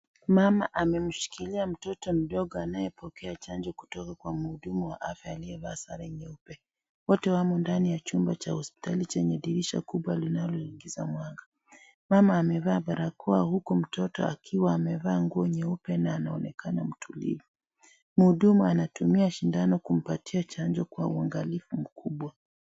Mama amemshikilia mtoto mdogo anayepokea chanjo kutoka kwa muhudumu wa afya aliyevaa sare nyeupe. Watu wamo kwenye chumba cha hospitali chenye dirisha kubwa linaloingiza mwanga ,mama amevaa barakoa huku mtoto akiwa amevaa nguo nyeupe na anaonekana mtulivu. Muudumu anatumia sindano kumpatia chanjo kwa uangalifu mkubwa.